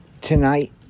tonight